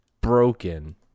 Broken